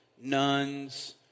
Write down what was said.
nuns